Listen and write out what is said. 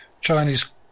Chinese